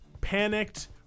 panicked